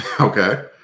Okay